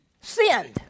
sinned